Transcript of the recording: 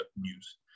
News